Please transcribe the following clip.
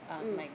mm